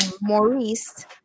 Maurice